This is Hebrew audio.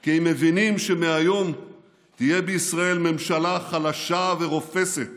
כי הם מבינים שמהיום תהיה בישראל ממשלה חלשה ורופסת